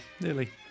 Nearly